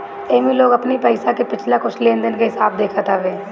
एमे लोग अपनी पईसा के पिछला कुछ लेनदेन के हिसाब देखत हवे